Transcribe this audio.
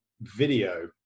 video